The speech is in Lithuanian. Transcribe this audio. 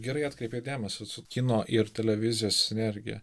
gerai atkreipei dėmesį su kino ir televizijos sinergija